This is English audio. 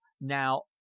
Now